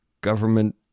government